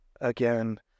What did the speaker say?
again